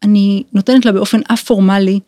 אני נותנת לה באופן א-פורמלי.